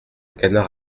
canard